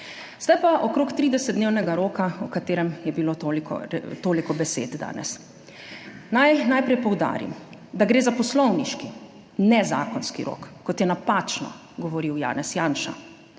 Zdaj pa okrog 30-dnevnega roka, o katerem je bilo toliko besed danes. Naj najprej poudarim, da gre za poslovniški, ne zakonski rok, kot je napačno govoril Janez Janša.